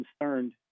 concerned